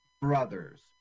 brothers